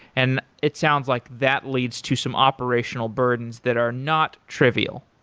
and it sounds like that leads to some operational burdens that are not trivial.